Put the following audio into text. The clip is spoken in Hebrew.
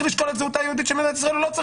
לשקול את זהותה היהודית של מדינת ישראל או לא?